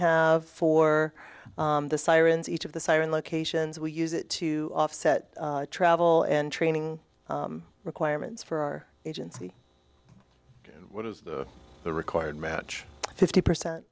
have for the sirens each of the siren locations we use it to offset travel and training requirements for our agency what is the required match fifty percent